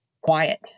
quiet